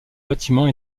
bâtiment